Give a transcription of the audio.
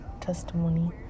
testimony